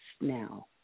now